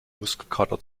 muskelkater